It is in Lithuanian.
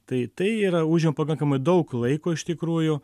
tai tai yra užima pakankamai daug laiko iš tikrųjų